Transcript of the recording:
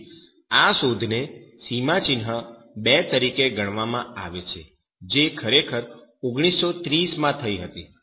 તેથી આ શોધને સીમાચિન્હ 2 તરીકે ગણવામાં આવે છે જે ખરેખર 1930 માં થઈ હતી